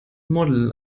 model